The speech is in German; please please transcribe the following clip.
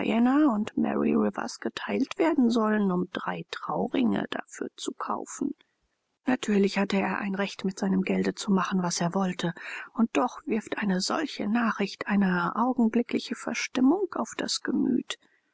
und mary rivers geteilt werden sollen um drei trauerringe dafür zu kaufen natürlich hatte er ein recht mit seinem gelde zu machen was er wollte und doch wirft eine solche nachricht eine augenblickliche verstimmung auf das gemüt